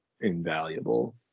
invaluable